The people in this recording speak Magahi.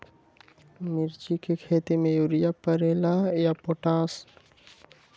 मिर्ची के खेती में यूरिया परेला या पोटाश?